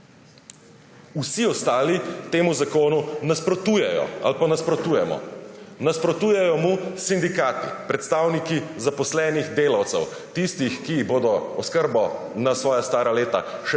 Vsi ostali temu zakonu nasprotujejo ali pa nasprotujemo. Nasprotujejo mu sindikati, predstavniki zaposlenih delavcev, tistih, ki bodo oskrbo na svoja stara leta še